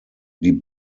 die